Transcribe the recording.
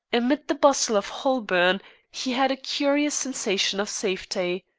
amid the bustle of holborn he had a curious sensation of safety.